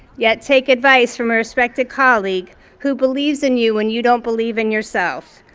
yet take advice from a respected colleague who believes in you when you don't believe in yourself.